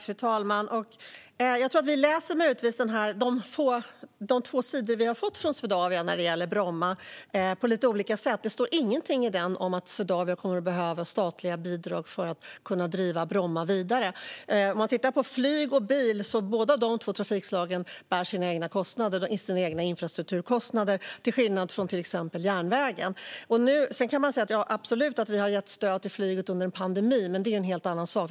Fru talman! Jag tror att vi möjligtvis läser de två sidor vi har fått från Swedavia när det gäller Bromma på lite olika sätt. Det står ingenting i dem om att Swedavia kommer att behöva statliga bidrag för att kunna driva Bromma vidare. Båda de två trafikslagen flyg och bil bär sina egna infrastrukturkostnader, till skillnad från till exempel järnvägen. Sedan kan man absolut säga att vi har gett stöd till flyget under en pandemi, men det är en helt annan sak.